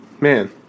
man